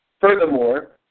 furthermore